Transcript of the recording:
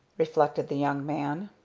reflected the young man.